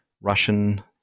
Russian